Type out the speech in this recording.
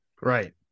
right